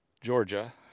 Georgia